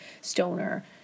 stoner